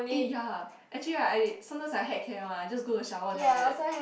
eh ya actually I sometimes I heck care one I just go to shower then I like that